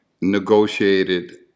negotiated